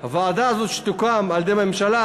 שהוועדה הזאת שתוקם על-ידי הממשלה,